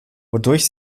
wodurch